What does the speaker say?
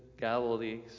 Galilee